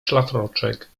szlafroczek